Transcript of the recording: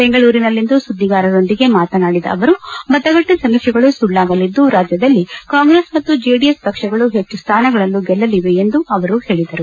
ಬೆಂಗಳೂರಿನಲ್ಲಿಂದು ಸುದ್ದಿಗಾರರೊಂದಿಗೆ ಮಾತನಾಡಿದ ಅವರು ಮತಗಟ್ಟೆ ಸಮೀಕ್ಷೆಗಳು ಸುಳ್ಳಾಗಲಿದ್ದು ರಾಜ್ಯದಲ್ಲಿ ಕಾಂಗ್ರೆಸ್ ಮತ್ತು ಜೆಡಿಎಸ್ ಪಕ್ಷಗಳು ಹೆಚ್ಚು ಸ್ಥಾನಗಳನ್ನು ಗೆಲ್ಲಲಿವೆ ಎಂದು ಅವರು ಹೇಳಿದರು